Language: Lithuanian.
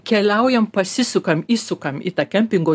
keliaujam pasisukam įsukam į tą kempingo